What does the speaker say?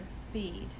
speed